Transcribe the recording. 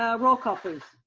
ah roll call please.